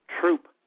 Troop